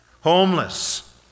homeless